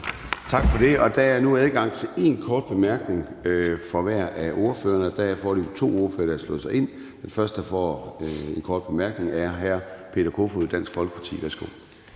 Tak for det. Der er nu adgang til én kort bemærkning fra hver af ordførerne, og der er foreløbig to ordførere, der har trykket sig ind. Den første til en kort bemærkning er hr. Peter Kofod, Dansk Folkeparti. Værsgo.